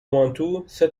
مانتو، سه